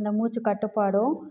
இந்த மூச்சுக் கட்டுப்பாடும்